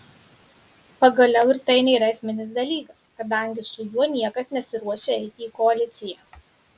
pagaliau ir tai nėra esminis dalykas kadangi su juo niekas nesiruošia eiti į koaliciją